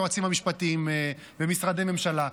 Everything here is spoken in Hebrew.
היועצים המשפטיים במשרדי הממשלה,